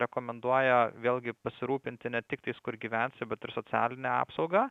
rekomenduoja vėlgi pasirūpinti ne tik tais kur gyvensi bet ir socialinę apsaugą